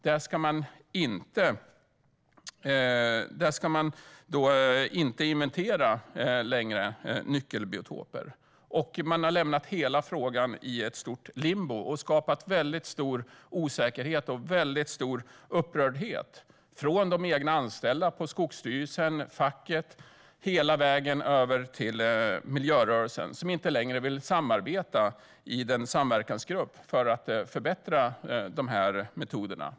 Där ska man inte längre inventera nyckelbiotoper. Skogsstyrelsen har därmed lämnat hela frågan i ett stort limbo. Detta har skapat stor osäkerhet och stor upprördhet hos de egna anställda på Skogsstyrelsen, hos facket och hela vägen över till miljörörelsen, som inte längre vill samarbeta i samverkansgruppen för att förbättra metoderna.